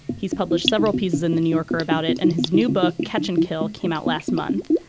he's published several pieces in the new yorker about it and his new book catch and kill came out last month.